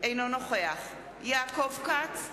אינו נוכח יעקב כץ,